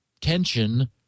tension